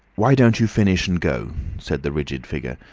why don't you finish and go? said the rigid figure,